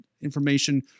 information